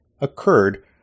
occurred